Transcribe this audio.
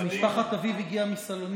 ומשפחת אביו הגיעה מסלוניקי.